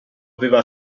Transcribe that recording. aveva